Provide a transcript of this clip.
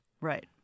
Right